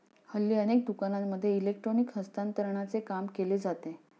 हल्ली अनेक दुकानांमध्ये इलेक्ट्रॉनिक हस्तांतरणाचे काम केले जाते